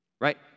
right